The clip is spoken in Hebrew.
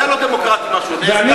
זה לא דמוקרטי מה שהוא עושה.